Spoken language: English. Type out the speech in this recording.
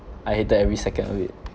I hated every second of it